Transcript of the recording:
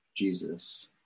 Jesus